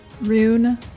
Rune